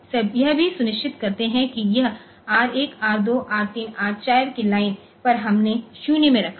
तो और हम यह भी सुनिश्चित करते हैं कि यह R 1 R 2 R 3 R 4 की लाइन्स पर हमने 0 में रखा